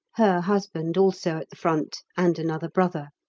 her husband also at the front, and another brother.